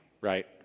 right